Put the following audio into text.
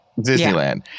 Disneyland